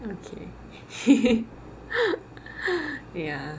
okay ya